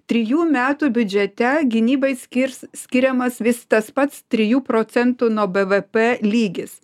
trijų metų biudžete gynybai skirs skiriamas vis tas pats trijų procentų nuo bvp lygis